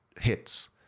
hits